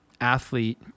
athlete